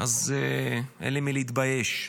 אין לי אלא להתבייש.